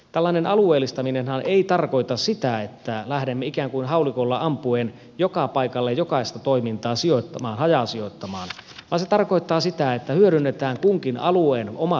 tällainen alueellistaminenhan ei tarkoita sitä että lähdemme ikään kuin haulikolla ampuen joka paikalle jokaista toimintaa sijoittamaan hajasijoittamaan vaan se tarkoittaa sitä että hyödynnetään kunkin alueen omat vahvuudet